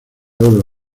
oro